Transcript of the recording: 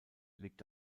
liegt